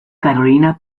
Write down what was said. carolina